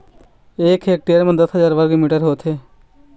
एक हेक्टेयर म दस हजार वर्ग मीटर होथे